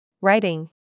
Writing